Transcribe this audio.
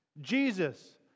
Jesus